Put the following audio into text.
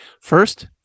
First